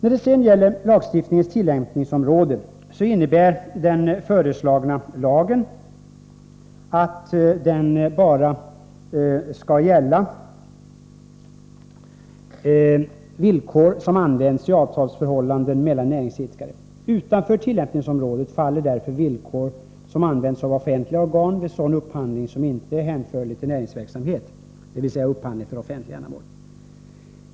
Vad lagstiftningens tillämpningsområden beträffar innebär förslaget att lagen bara skall gälla villkor som används i avtalsförhållande mellan näringsidkare. Utanför tillämpningsområdet faller därför villkor som används av offentliga organ vid sådan upphandling som inte är hänförlig till näringsverksamhet, dvs. upphandling för offentligt ändamål.